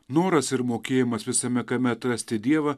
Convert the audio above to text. noras ir mokėjimas visame kame atrasti dievą